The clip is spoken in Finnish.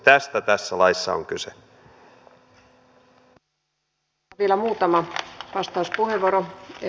tästä tässä laissa on kyse